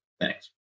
Thanks